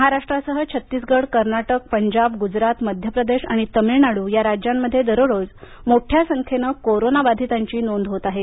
महाराष्ट्रासह छत्तीसगड कर्नाटक पंजाब गुजरात मध्य प्रदेश आणि तामिळनाडू या राज्यांमध्ये दररोज मोठ्या संख्येनं कोरोना बाधितांची नोंद होत आहे